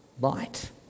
light